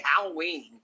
Halloween